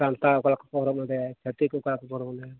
ᱥᱟᱱᱛᱟᱲ ᱚᱠᱟ ᱞᱮᱠᱟ ᱠᱚ ᱦᱚᱨᱚᱜ ᱵᱟᱸᱫᱮᱭᱟ ᱪᱷᱟᱹᱛᱤᱠ ᱚᱠᱟ ᱞᱮᱠᱚ ᱦᱚᱨᱚᱜ ᱵᱟᱸᱫᱮᱭᱟ